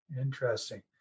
Interesting